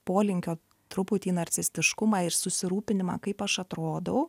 polinkio truputį narcistiškumą ir susirūpinimą kaip aš atrodau